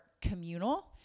communal